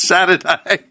Saturday